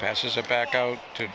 passes it back out to